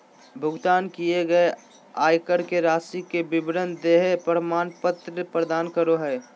भुगतान किए गए आयकर के राशि के विवरण देहइ प्रमाण पत्र प्रदान करो हइ